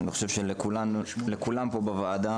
שאני חושב שהן ברורות לכולנו פה בוועדה.